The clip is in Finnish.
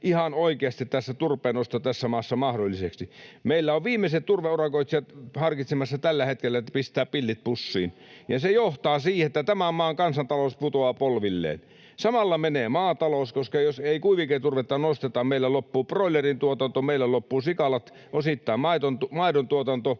ihan oikeasti turpeennosto tässä maassa mahdolliseksi. Meillä on viimeiset turveurakoitsijat harkitsemassa tällä hetkellä, pistävätkö pillit pussiin, ja se johtaa siihen, että tämän maan kansantalous putoaa polvilleen. Samalla menee maatalous, koska jos ei kuiviketurvetta nosteta, meillä loppuu broilerin tuotanto, meillä loppuu sikalat, osittain maidontuotanto